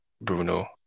Bruno